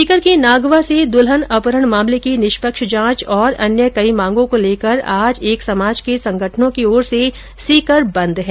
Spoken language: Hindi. सीकर के नागवा से दुल्हन अपहरण मामले की निष्पक्ष जांच और अन्य कई मांगो को लेकर आज एक समाज के संगठनों की ओर सीकर बंद है